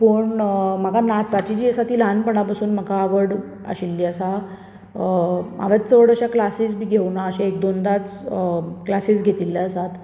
पूण म्हाका नाचाची जे आसा ती म्हाका ल्हानपणां पसून आशिल्ली आसा हांवें चड अशें क्लासीज बी घेवूना अशें एक दोनदाच क्लासीज घेतिल्ल्यो आसात